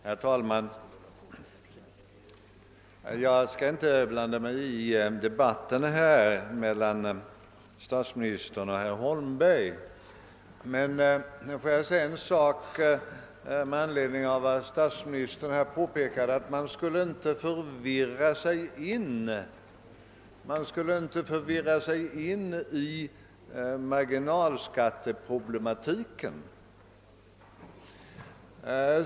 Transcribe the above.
Herr talman! Jag skall inte blanda mig i debatten här mellan statsministern och herr Holmberg, men jag vill säga en sak med anledning av att statsministern påpekade, att man inte skall förirra sig in i marginalskatteproblematiken.